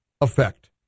effect